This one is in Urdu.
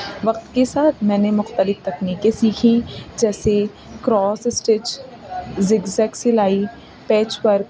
وقت کے ساتھ میں نے مختلف تکنیکیں سیکھیں جیسے کراس اسٹچ زگ زیگ سلائی پیچ ورک